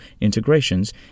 integrations